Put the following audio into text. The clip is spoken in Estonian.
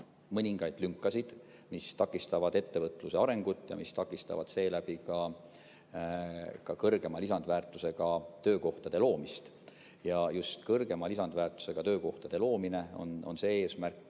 mõningaid lünkasid, mis takistavad ettevõtluse arengut ja mis takistavad seeläbi ka kõrgema lisandväärtusega töökohtade loomist. Just kõrgema lisandväärtusega töökohtade loomine on eesmärk,